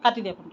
কাটি দিয়া ফোনটো